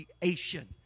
creation